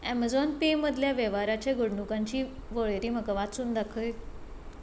Amazon Pay मदल्या वेव्हाराचे घडणुकांची वळेरी म्हाका वाचून दाखय